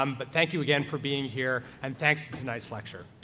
um but thank you again for being here, and thanks to tonight's lecturer.